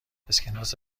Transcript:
اسکناس